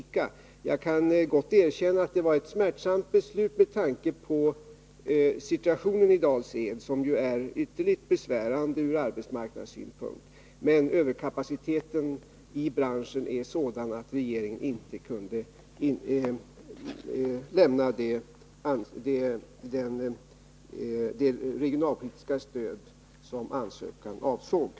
Jag kan gott erkänna att det var ett smärtsamt beslut med tanke på situationen, som från arbetsmarknadssynpunkt är ytterst besvärande på platsen i fråga. Överkapaciteten inom branschen är emellertid sådan att regeringen inte kunde lämna det regionalpolitiska stöd som avsågs i ansökan.